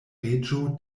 reĝo